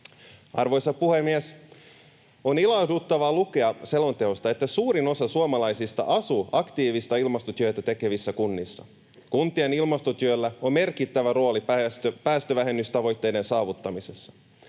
Arvoisa puhemies! On ilahduttavaa lukea selonteosta, että suurin osa suomalaisista asuu aktiivista ilmastotyötä tekevissä kunnissa. Kuntien ilmastotyöllä on merkittävä rooli päästövähennystavoitteiden saavuttamisessa.